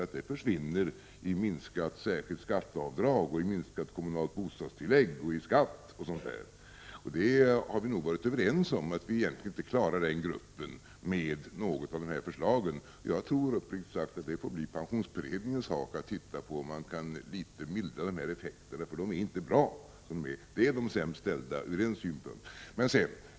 Pengarna försvinner i minskat särskilt skatteavdrag, i minskat kommunalt bostadstillägg, i skatt etc. Man kan väl säga att vi har varit överens om att egentligen inte något av förslagen är sådant att vi klarar denna grupp. Uppriktigt sagt tror jag att det får bli pensionsberedningens sak att undersöka om man kan mildra de här effekterna något, för de är inte bra.